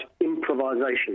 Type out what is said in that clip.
improvisation